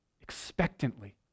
expectantly